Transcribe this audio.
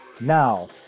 Now